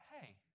hey